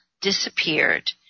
Disappeared